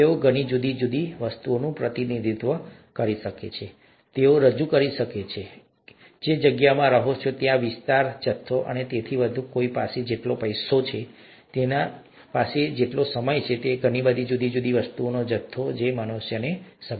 તેઓ ઘણી જુદી જુદી વસ્તુઓનું પ્રતિનિધિત્વ કરી શકે છે તેઓ રજૂ કરી શકે છે ચાલો કહીએ કે તમે જે જગ્યામાં રહો છો વિસ્તાર જથ્થા અને તેથી વધુ કોઈની પાસે જેટલો પૈસા છે તેની પાસે જેટલો સમય છે ઘણી બધી જુદી જુદી વસ્તુઓનો જથ્થો જે મનુષ્યને સંબંધિત છે